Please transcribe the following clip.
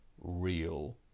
real